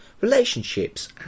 relationships